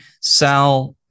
Sal